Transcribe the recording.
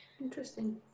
Interesting